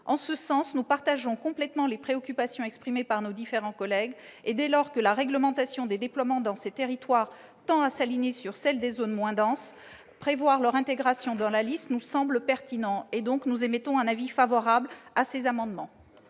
En ce sens, nous partageons complètement les préoccupations exprimées par nos différents collègues : dès lors que la réglementation des déploiements dans ces territoires tend à s'aligner sur celle des zones moins denses, prévoir leur intégration dans la liste nous semble pertinent. C'est pourquoi nous émettons un avis favorable sur ces amendements.